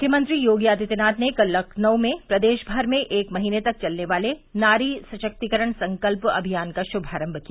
मुख्यमंत्री योगी आदित्यनाथ ने कल लखनऊ में प्रदेश भर में एक महीने तक चलने वाले नारी सशक्तिकरण संकल्प अभियान का शुभारम्भ किया